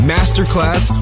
Masterclass